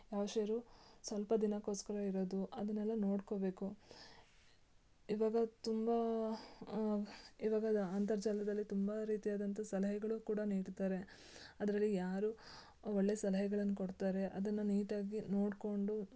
ಯಾವ ಶೇರು ಸ್ವಲ್ಪ ದಿನಕ್ಕೋಸ್ಕರ ಇರೋದು ಅದನ್ನೆಲ್ಲ ನೋಡಿಕೋಬೇಕು ಇವಾಗ ತುಂಬ ಇವಾಗ ಲ್ ಅಂತರ್ಜಾಲದಲ್ಲಿ ತುಂಬ ರೀತಿಯಾದಂಥ ಸಲಹೆಗಳು ಕೂಡ ನೀಡ್ತಾರೆ ಅದರಲ್ಲಿ ಯಾರು ಒಳ್ಳೆಯ ಸಲಹೆಗಳನ್ನು ಕೊಡ್ತಾರೆ ಅದನ್ನು ನೀಟಾಗಿ ನೋಡಿಕೊಂಡು